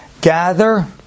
Gather